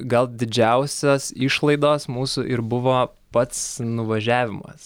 gal didžiausios išlaidos mūsų ir buvo pats nuvažiavimas